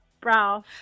Brow